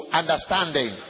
understanding